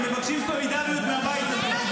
הם מבקשים סולידריות מהבית הזה.